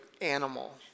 animal